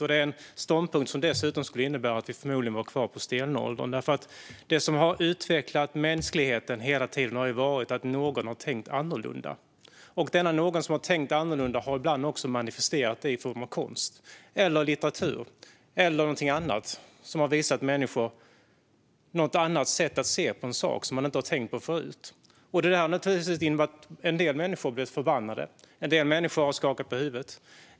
Det är dessutom en ståndpunkt som skulle innebära att vi förmodligen var kvar på stenåldern. Det som hela tiden har utvecklat mänskligheten har ju varit att någon har tänkt annorlunda, och denna någon har ibland också manifesterat det i form av konst, litteratur eller någonting annat som har visat människor ett sätt att se på en sak som man inte har tänkt på förut. Detta har naturligtvis inneburit att en del människor har blivit förbannade. En del människor har skakat på huvudet.